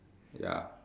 ya